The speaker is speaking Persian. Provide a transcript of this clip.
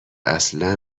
اصلا